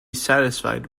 satisfied